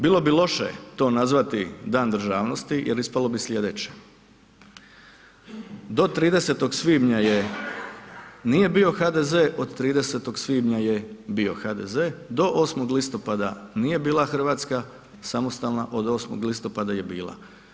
Bilo bi loše to nazvati dan državnosti jer ispalo bi sljedeće, do 30. svibnja je, nije bio HDZ, od 30. svibnja je bio HDZ, do 8. listopada nije bila Hrvatska samostalna, od 8. listopada je bila.